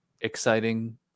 exciting